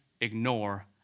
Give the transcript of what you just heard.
ignore